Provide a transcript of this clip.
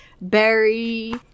berry